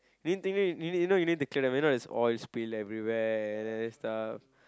main thing is you need you know you need to clean up you know is oil spill everywhere and and stuff